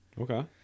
Okay